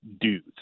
dudes